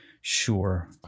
sure